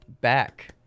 back